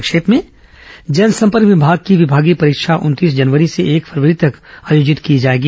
संक्षिप्त समाचार जनसंपर्क विभाग की विभागीय परीक्षा उनतीस जनवरी से एक फरवरी तक आयोजित की जाएगी